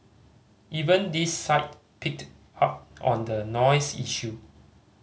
even this site picked up on the noise issue